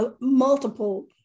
multiple